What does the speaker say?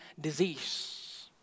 disease